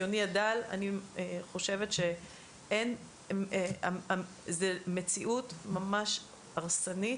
מניסיוני הדל אני חושבת שזאת מציאות ממש הרסנית,